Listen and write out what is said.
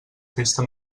festa